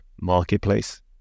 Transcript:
marketplace